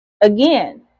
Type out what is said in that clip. again